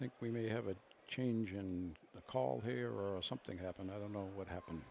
i think we may have a change and a call here or something happen i don't know what happened